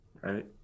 right